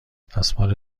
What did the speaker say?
دستمال